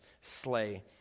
slay